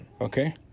Okay